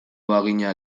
bagina